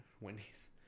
Wendy's